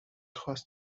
خواست